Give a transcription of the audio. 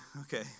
Okay